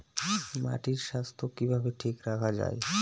মাটির স্বাস্থ্য কিভাবে ঠিক রাখা যায়?